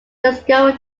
discover